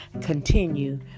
continue